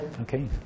okay